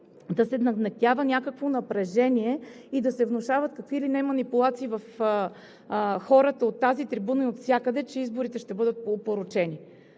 да се нагнетява някакво напрежение и да се внушават какви ли не манипулации в хората от тази трибуна и отвсякъде, че изборите ще бъдат опорочени.